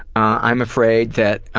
i'm afraid that